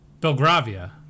Belgravia